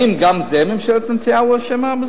האם גם בזה ממשלת נתניהו אשמה,